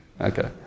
Okay